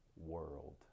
world